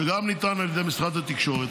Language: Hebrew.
שגם נטענה על ידי משרד התקשורת,